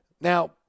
Now